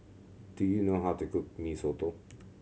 do you know how to cook Mee Soto